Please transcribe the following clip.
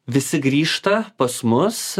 visi grįžta pas mus